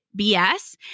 BS